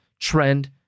trend